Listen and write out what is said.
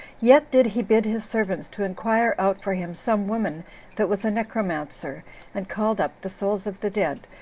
yet did he bid his servants to inquire out for him some woman that was a necromancer and called up the souls of the dead,